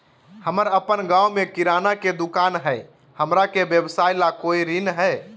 हमर अपन गांव में किराना के दुकान हई, हमरा के व्यवसाय ला कोई ऋण हई?